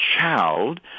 child